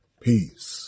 Peace